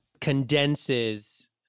Condenses-